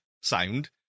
sound